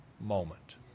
moment